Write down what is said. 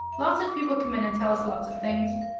lots of people come in and tell us lots of things.